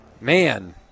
Man